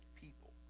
people